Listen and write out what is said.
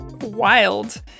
wild